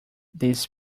this